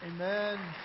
Amen